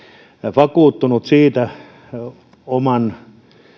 vakuuttunut siitä olivatko ne oman